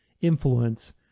influence